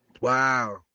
Wow